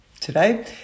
today